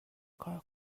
کار